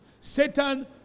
Satan